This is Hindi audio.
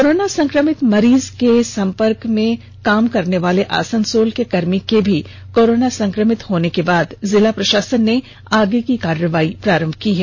कोरोना संक्रमित मरीज के संपर्क में काम करने वाले आसनसोल के कर्मी के भी कोरोना संक्रमित होने के बाद जिला प्रशासन ने आगे की कार्रवाई प्रारंभ कर दी है